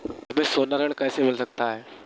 हमें सोना ऋण कैसे मिल सकता है?